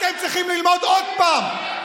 מי, אתם צריכים ללמוד עוד פעם.